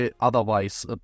otherwise